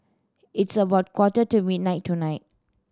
it's about quarter to midnight tonight